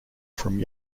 from